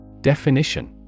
Definition